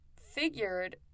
figured